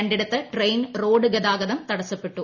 രണ്ടിടത്ത് train road ഗതാഗതം തടസ്സപ്പെട്ടു